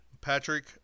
Patrick-